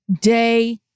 day